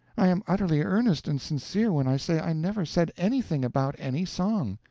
i am utterly earnest and sincere when i say i never said anything about any song.